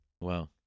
Wow